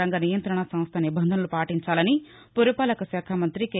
రంగ నియంతణ నంన్గ నిబంధనలు పాటించాలని పురపాలక శాఖ మంతి కె